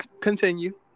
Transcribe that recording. continue